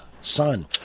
son